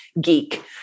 geek